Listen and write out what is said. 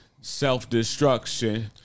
Self-destruction